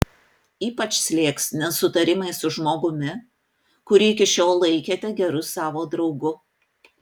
ypač slėgs nesutarimai su žmogumi kurį iki šiol laikėte geru savo draugu